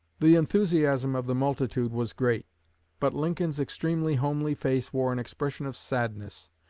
the enthusiasm of the multitude was great but lincoln's extremely homely face wore an expression of sadness.